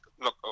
look